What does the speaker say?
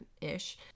ish